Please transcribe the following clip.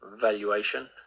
valuation